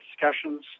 discussions